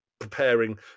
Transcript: Preparing